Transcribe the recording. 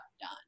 done